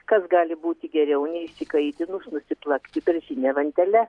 kas gali būti geriau nei išsikaitinus nusiplakti beržine vantele